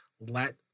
let